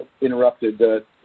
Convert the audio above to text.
interrupted